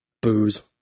Booze